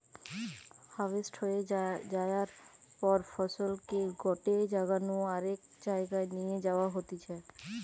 harvest হয়ে যায়ার পর ফসলকে গটে জাগা নু আরেক জায়গায় নিয়ে যাওয়া হতিছে